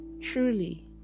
truly